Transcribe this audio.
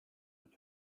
have